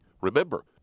Remember